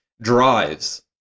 drives